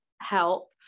help